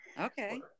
Okay